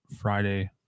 Friday